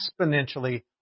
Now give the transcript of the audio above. exponentially